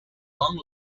long